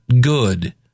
good